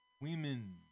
women